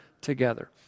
together